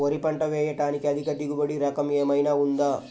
వరి పంట వేయటానికి అధిక దిగుబడి రకం ఏమయినా ఉందా?